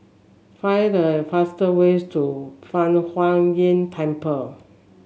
find the fast way to Fang Huo Yuan Temple